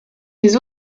des